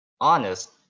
honest